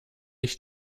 ich